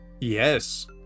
Yes